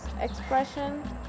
expression